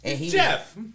Jeff